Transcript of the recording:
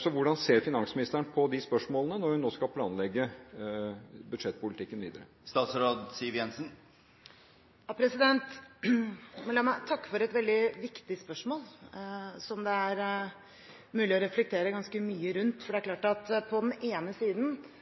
Så hvordan ser finansministeren på de spørsmålene når hun nå skal planlegge budsjettpolitikken videre? La meg takke for et veldig viktig spørsmål som det er mulig å reflektere ganske mye over. Det er klart at på den ene siden